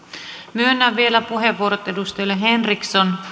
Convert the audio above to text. myönnän vielä puheenvuorot edustajille henriksson